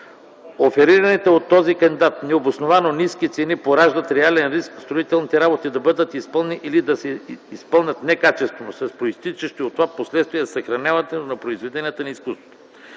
Оферираните от този кандидат необосновано ниски цени пораждат реален риск строителните работи да бъдат изпълнени некачествено, с произтичащи от това последствия за съхраняването на произведенията на изкуството.